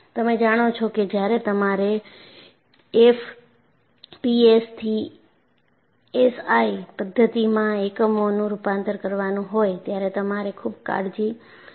તમે જાણો છો કે જ્યારે તમારે એફપીએસ થી એસઆઈ પદ્ધતિમાં એકમોનું રૂપાંતર કરવાનું હોય ત્યારે તમારે ખૂબ કાળજી રાખવી પડે છે